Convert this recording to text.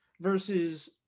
versus